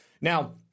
Now